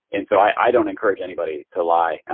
and so i don't encourage anybody to lie. and